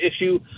issue